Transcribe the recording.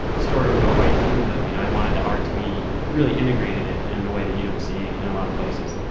the story would go right through them. i wanted the art to be really integrated in, and in a way that you don't see in a lot of places.